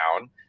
down